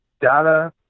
data